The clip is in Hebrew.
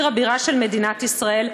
עיר הבירה של מדינת ישראל,